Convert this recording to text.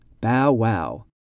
Bow-wow